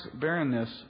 barrenness